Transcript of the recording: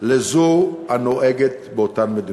לזו הנוהגת באותן המדינות.